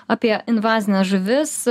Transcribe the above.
apie invazines žuvis